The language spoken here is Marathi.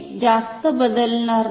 हे जास्त बदलणार नाही